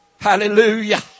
Hallelujah